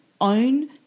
own